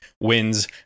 wins